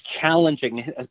challenging